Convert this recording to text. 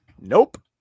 nope